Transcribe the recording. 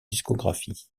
discographie